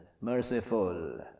merciful